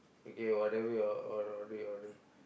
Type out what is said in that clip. okay whatever you want to order you order